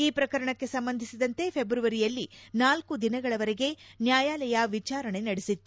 ಈ ಪ್ರಕರಣಕ್ಕೆ ಸಂಬಂಧಿಸಿದಂತೆ ಫೆಬ್ರವರಿಯಲ್ಲಿ ನಾಲ್ನು ದಿನಗಳವರೆಗೆ ನ್ಯಾಯಾಲಯ ವಿಚಾರಣೆ ನಡೆಸಿತ್ತು